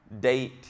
date